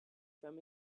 from